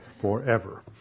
forever